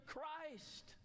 Christ